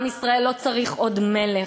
עם ישראל לא צריך עוד מלך,